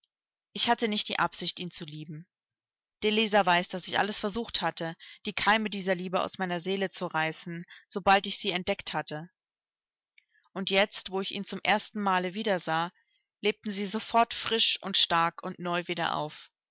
ich hatte nicht die absicht ihn zu lieben der leser weiß daß ich alles versucht hatte die keime dieser liebe aus meiner seele zu reißen sobald ich sie entdeckt hatte und jetzt wo ich ihn zum erstenmale wiedersah lebten sie sofort frisch und stark und neu wieder auf